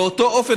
באותו אופן,